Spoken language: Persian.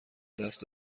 دست